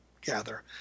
gather